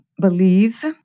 believe